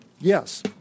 Yes